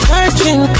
Searching